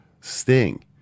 sting